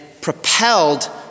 propelled